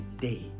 day